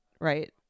right